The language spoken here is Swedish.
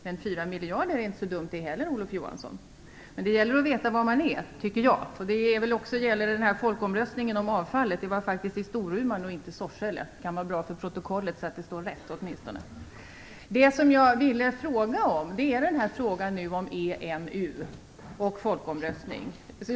Men 4 miljarder är inte så dumt det heller, Det gäller alltså att veta vad man talar om. Det gäller också om folkomröstningen om avfallet. Den genomfördes faktiskt i Storuman och inte i Sorsele. Det kan vara bra att notera för protokollet, så att det blir rätt åtminstone där. Det som jag ville ta upp är frågan om en folkomröstning om EMU.